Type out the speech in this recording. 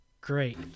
great